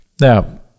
Now